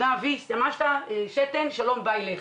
תן שתן, סימנת "וי" שלום ולהתראות,